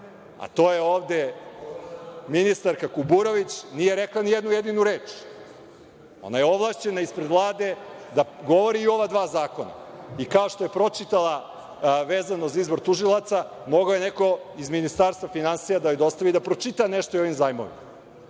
a to je ovde ministarka Kuburović, nije rekla ni jednu jedinu reč. Ona je ovlašćena ispred Vlade da govori i o ova dva zakona. I kao što je pročitala, vezano za izbor tužilaca, mogao je neko iz Ministarstva finansija da joj dostavi da pročita nešto i o ovim zajmovima